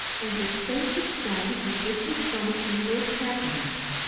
and its face would shine as if with some inward happiness.